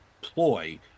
ploy